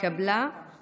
קבוצת סיעת יהדות התורה,